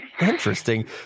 Interesting